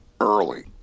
early